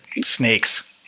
snakes